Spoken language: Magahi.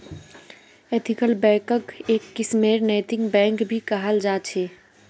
एथिकल बैंकक् एक किस्मेर नैतिक बैंक भी कहाल जा छे